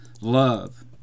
Love